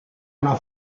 una